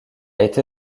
été